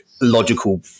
Logical